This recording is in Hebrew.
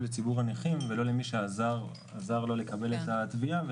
לציבור הנכים ולא למי שעזר לו לקבל את התביעה,